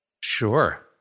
Sure